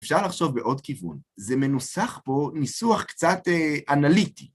אפשר לחשוב בעוד כיוון, זה מנוסח פה ניסוח קצת אנליטי.